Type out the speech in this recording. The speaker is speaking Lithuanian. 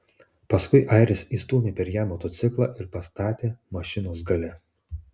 paskui airis įstūmė per ją motociklą ir pastatė mašinos gale